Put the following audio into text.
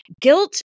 Guilt